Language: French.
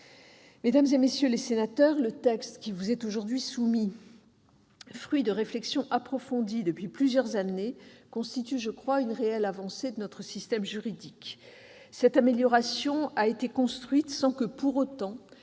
Mesdames, messieurs les sénateurs, le texte qui vous est aujourd'hui soumis, fruit de réflexions approfondies menées depuis plusieurs années, constitue selon moi une réelle avancée de notre système juridique. Cette amélioration a été construite sans que soit portée